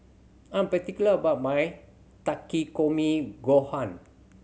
I am particular about my Takikomi Gohan